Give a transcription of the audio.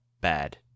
bad